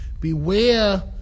beware